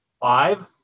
five